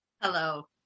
Hello